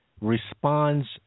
responds